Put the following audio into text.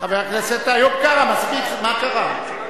חבר הכנסת איוב קרא, מספיק, מה קרה?